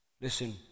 Listen